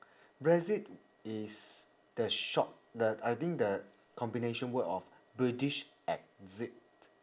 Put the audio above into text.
brexit is the short the I think the combination word of british exit